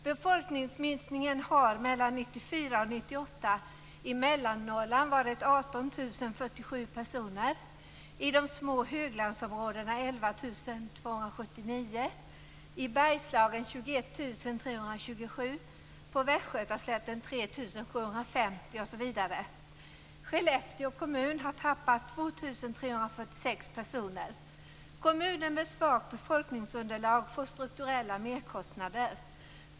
Befolkningsminskningen har mellan 1994 och 1998 i Mellannorrland varit 18 047 personer, i de små höglandsområdena 11 279, i Bergslagen 21 327, på Västgötaslätten 3 750 osv. Skellefteå kommun har tappat 2 346 personer. Kommuner med svagt befolkningsunderlag får strukturella merkostnader.